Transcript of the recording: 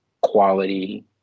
quality